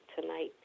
tonight